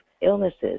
illnesses